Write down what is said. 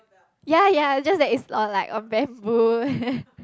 ya ya just like it's on like a bamboo